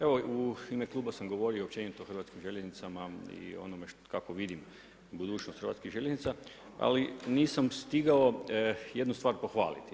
Evo u ime kluba sam govorio općenito o Hrvatskim željeznicama i o onome kako vidim budućnost Hrvatskih željeznica, ali nisam stigao jednu stvar pohvaliti.